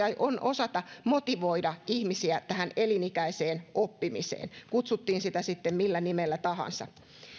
on osata motivoida ihmisiä tähän elinikäiseen oppimiseen kutsuttiin sitä sitten millä nimellä tahansa